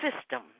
system